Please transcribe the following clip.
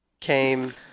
came